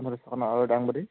পঁচপন্ন আৰু দাংবদী